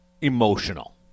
emotional